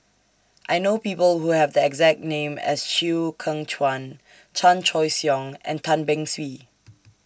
I know People Who Have The exact name as Chew Kheng Chuan Chan Choy Siong and Tan Beng Swee